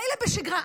מילא בשגרה,